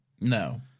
no